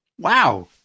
Wow